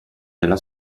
della